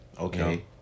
Okay